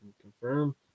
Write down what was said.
confirm